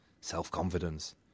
self-confidence